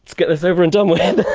get this over and done with.